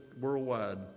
worldwide